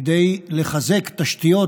כדי לחזק תשתיות,